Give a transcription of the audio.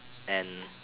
and